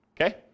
okay